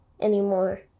anymore